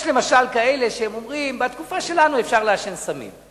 יש למשל כאלה שאומרים: בתקופה שלנו אפשר לעשן סמים.